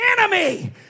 enemy